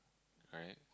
right